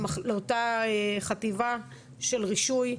לאותה חטיבה של רישוי,